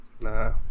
Nah